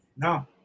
No